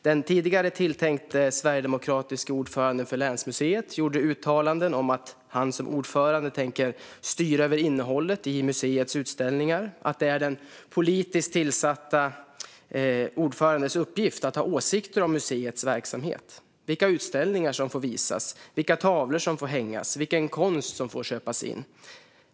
Den tidigare tilltänkte sverigedemokratiske ordföranden för länsmuseet gjorde uttalanden om att han som ordförande tänkte styra över innehållet i museets utställningar och att det är den politiskt tillsatte ordförandens uppgift att ha åsikter om museets verksamhet - vilka utställningar som får visas, vilka tavlor som får hängas och vilken konst som får köpas in.